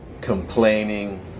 complaining